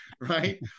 Right